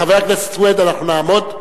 חבר הכנסת סוייד, אנחנו נעמוד,